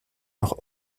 noch